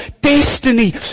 destiny